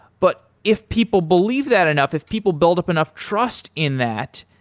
but if people believe that enough, if people build up enough trust in that,